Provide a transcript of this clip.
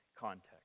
context